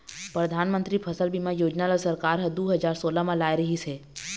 परधानमंतरी फसल बीमा योजना ल सरकार ह दू हजार सोला म लाए रिहिस हे